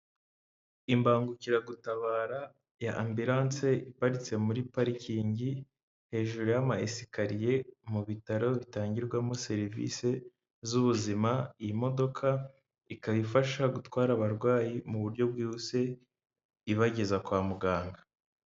Imbangukiragutabara ya ambulance iparitse muri parikingi, hejuru y'ama esikariye mu bitaro bitangirwamo serivise z'ubuzima, iyi modoka ikaba ifasha gutwara abarwayi mu buryo bwihuse ibageza kwa muganga.